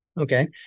Okay